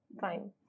fine